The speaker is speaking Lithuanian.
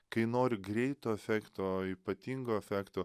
kai nori greito efekto ypatingo efekto